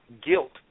guilt